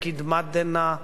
מקדמת דנא.